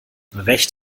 recht